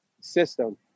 system